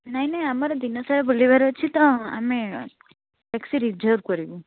ନାଇଁନାଇଁ ଆମର ଦିନସାରା ବୁଲିବାର ଅଛି ତ ଆମେ ଟ୍ୟାକ୍ସି ରିଜର୍ଭ କରିବୁ